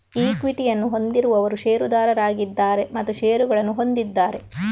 ಈಕ್ವಿಟಿಯನ್ನು ಹೊಂದಿರುವವರು ಷೇರುದಾರರಾಗಿದ್ದಾರೆ ಮತ್ತು ಷೇರುಗಳನ್ನು ಹೊಂದಿದ್ದಾರೆ